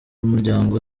muryango